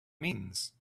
means